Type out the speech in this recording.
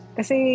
Kasi